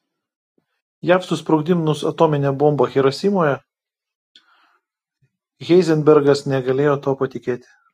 jav susprogdinus atominę bombą hirosimoje heizenbergas negalėjo tuo patikėti